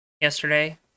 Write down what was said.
yesterday